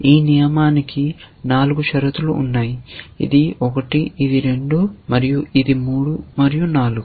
ఈ నియమానికి నాలుగు షరతులు ఉన్నాయి ఇది 1 ఇది 2 మరియు 3 మరియు 4